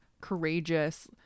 courageous